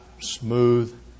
smooth